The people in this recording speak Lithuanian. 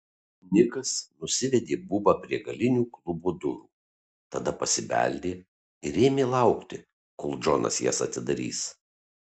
nikas nusivedė bubą prie galinių klubo durų tada pasibeldė ir ėmė laukti kol džonas jas atidarys